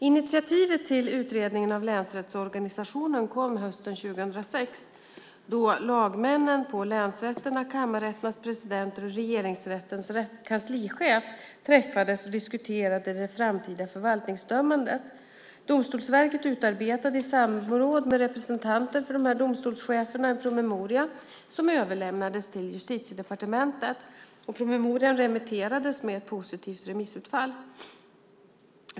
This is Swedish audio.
Initiativet till utredningen av länsrättsorganisationen kom hösten 2006, då lagmännen på länsrätterna, kammarrätternas presidenter och Regeringsrättens kanslichef träffades och diskuterade det framtida förvaltningsdömandet. Domstolsverket utarbetade, i samråd med representanter för domstolscheferna, en promemoria som överlämnades till Justitiedepartementet. Promemorian remitterades med ett positivt remissutfall.